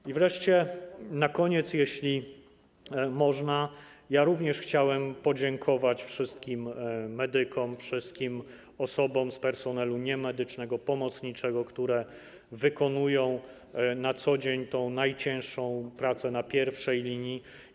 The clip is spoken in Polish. I wreszcie na koniec, jeśli można, chciałem również podziękować wszystkim medykom, wszystkim osobom z personelu niemedycznego, pomocniczego, które wykonują na co dzień tę najcięższą pracę na pierwszej linii.